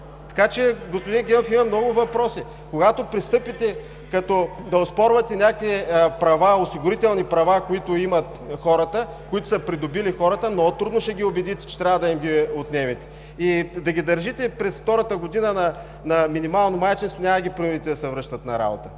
Така че, господин Генов, има много въпроси. Когато пристъпите да оспорвате някакви осигурителни права, които са придобили хората, много трудно ще ги убедите, че трябва да им ги отнемете, и да ги държите през втората година на минимално майчинство няма да ги принудите да се връщат на работа.